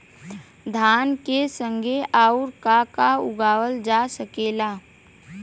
धान के संगे आऊर का का उगावल जा सकेला?